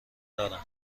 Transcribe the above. دارم